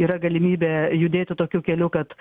yra galimybė judėti tokiu keliu kad